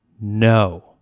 no